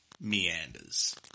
meanders